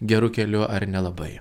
geru keliu ar nelabai